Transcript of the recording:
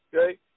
Okay